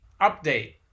Update